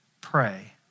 pray